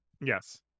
Yes